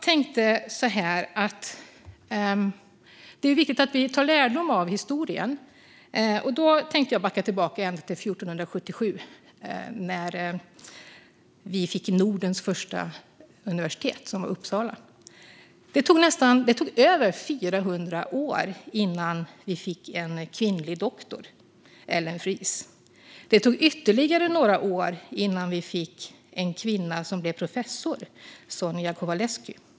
Det är viktigt att vi tar lärdom av historien, och då tänker jag backa tillbaka ända till 1477, då vi fick Nordens första universitet, Uppsala. Det tog över 400 år innan vi fick en kvinnlig doktor, Ellen Fries. Det tog ytterligare några år innan vi fick en kvinna som blev professor, Sonja Kovalevsky.